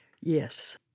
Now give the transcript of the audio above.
Yes